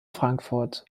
frankfurt